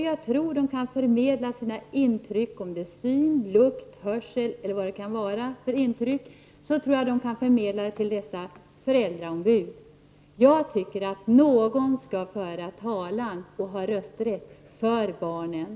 Jag tror att de kan förmedla sina intryck — syn-, luktoch hörselintryck — till dessa föräldraombud. Jag tycker att någon skall föra barnens talan och kunna rösta för dem.